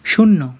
শূন্য